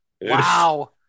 Wow